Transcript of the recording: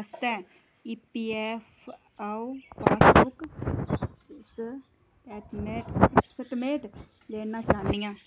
आस्तै E P F अ'ऊं passbook statement statement लैना चाह्न्नी आं